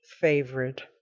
favorite